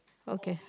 okay